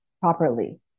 properly